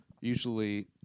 usually